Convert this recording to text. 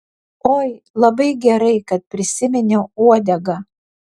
oi labai gerai kad prisiminiau uodegą